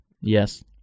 yes